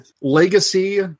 Legacy